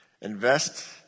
Invest